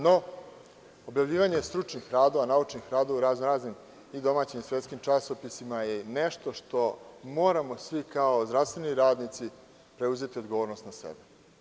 No, objavljivanje stručnih radova, naučnih radova u raznoraznim i domaćim i svetskim časopisima je nešto što moramo svi kao zdravstveni radnici preuzeti odgovornost na sebe.